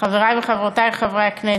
חברי וחברותי חברי הכנסת,